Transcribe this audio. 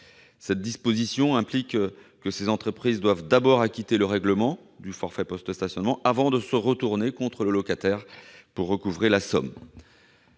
Cette disposition implique que ces entreprises doivent d'abord acquitter le règlement du forfait post-stationnement, avant de se retourner contre le locataire pour recouvrer la somme.